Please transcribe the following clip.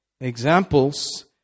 examples